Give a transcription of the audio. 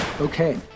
okay